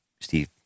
Steve